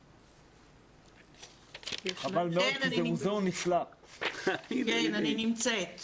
כן, אני נמצאת.